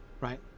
right